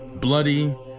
bloody